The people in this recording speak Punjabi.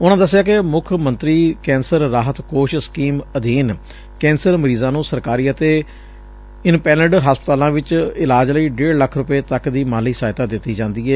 ਉਨਾਂ ਦੱਸਿਆ ਕਿ ਮੁੱਖ ਮੰਤਰੀ ਕੈਂਸਰ ਰਾਹਤ ਕੋਸ਼ ਸਕੀਮ ਅਧੀਨ ਕੈਂਸਰ ਮਰੀ ਜ਼ਾਂ ਨੂੰ ਸਰਕਾਰੀ ਅਤੇ ਇੰਧੈਨਲਡ ਹਸਪਤਾਲਾਂ ਵਿਚ ਇਲਾਜ ਲਈ ਡੇਢ ਲੱਖ ਰੁਪਏ ਤਕ ਦੀ ਮਾਲੀ ਸਹਾਇਤਾ ਦਿੱਤੀ ਜਾਂਦੀ ਏ